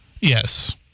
Yes